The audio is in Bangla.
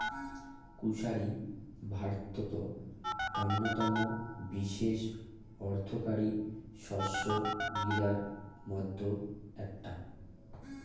কুশারি ভারতত অইন্যতম বিশেষ অর্থকরী শস্য গিলার মইধ্যে এ্যাকটা